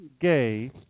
gay